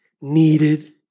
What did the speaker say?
needed